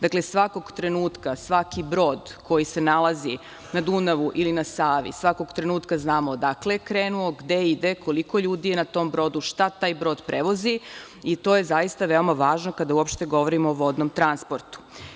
Dakle, svakog trenutka, svaki brod koji se nalazi na Dunavu ili na Savi, svakog trenutka znamo odakle je krenuo, gde ide, koliko ljudi je na tom brodu, šta taj brod prevozi i to je zaista veoma važno kada uopšte govorimo o vodnom transportu.